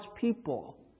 people